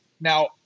Now